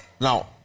Now